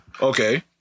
Okay